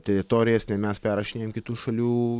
teritorijas ne mes perrašinėjam kitų šalių